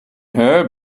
her